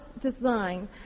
design